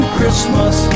Christmas